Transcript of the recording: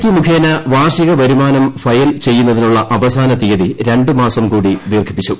T മുഖേന വാർഷിക വരുമാനം ഫയൽ ചെയ്യുന്നതിനുള്ള അവസാന തീയതി രണ്ടുമാസം കൂടി ദീർഘിപ്പച്ചു